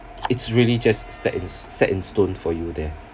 it's really just set in set in stone for you there